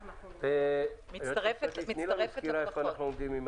אני מצטרפת לברכות.